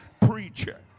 preacher